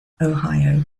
ohio